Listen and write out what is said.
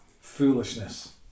foolishness